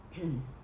mm